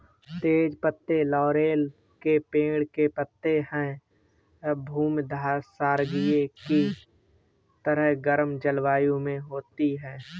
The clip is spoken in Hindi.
तेज पत्ते लॉरेल के पेड़ के पत्ते हैं भूमध्यसागरीय की तरह गर्म जलवायु में होती है